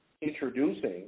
introducing